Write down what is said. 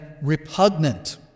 repugnant